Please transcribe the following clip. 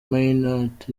minnaert